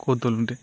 కోతులుంటాయి